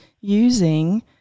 using